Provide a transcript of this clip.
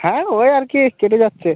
হ্যাঁ ওই আর কি কেটে যাচ্ছে